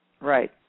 Right